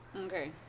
Okay